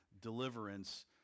Deliverance